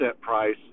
price